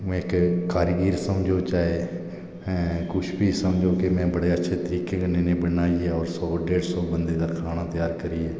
में इक कारीगिर समझो चाहे कुछ बी समझो में बड़े अच्छे तरीके कन्नै बनाइयै और ढेड सौ बंदे दा खाना त्यार करियै